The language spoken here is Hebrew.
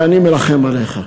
ואני מרחם עליך,